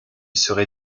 serai